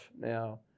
Now